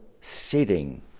sitting